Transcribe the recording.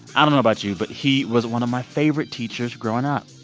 i don't know about you, but he was one of my favorite teachers growing up.